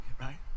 right